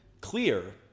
clear